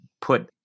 put